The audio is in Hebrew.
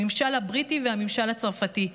הממשל הבריטי והממשל הצרפתי.